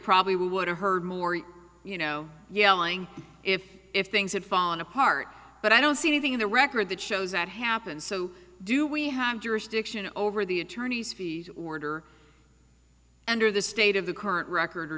probably we would have heard more you know yelling if if things had fallen apart but i don't see anything in the record that shows that happened so do we have jurisdiction over the attorneys fees order and or the state of the current record or